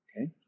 Okay